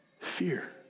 Fear